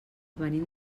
venim